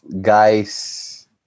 guys